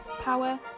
power